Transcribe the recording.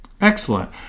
Excellent